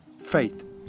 Faith